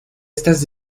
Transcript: estas